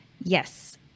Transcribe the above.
Yes